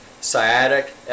sciatic